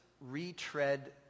retread